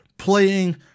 playing